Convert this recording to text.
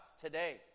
today